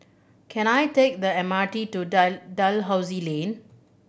can I take the M R T to Dalhousie Lane